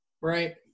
right